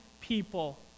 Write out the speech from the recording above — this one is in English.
people